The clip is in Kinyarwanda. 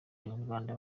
abanyarwanda